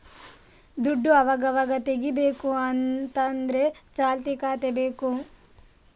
ದುಡ್ಡು ಅವಗಾವಾಗ ತೆಗೀಬೇಕು ಅಂತ ಆದ್ರೆ ಚಾಲ್ತಿ ಖಾತೆ ಬೇಕು